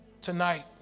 tonight